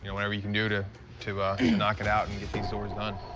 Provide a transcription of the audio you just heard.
whatever you can do to to knock it out and get these orders done.